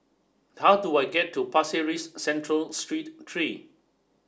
how do I get to Pasir Ris Central Street three